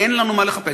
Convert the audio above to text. אין לנו מה לחפש.